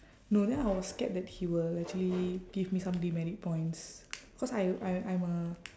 no then I was scared that he will actually give me some demerit points cause I I I'm a